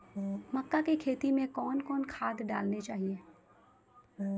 मक्का के खेती मे कौन कौन खाद डालने चाहिए?